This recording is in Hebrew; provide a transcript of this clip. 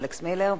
אלכס מילר,